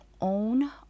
own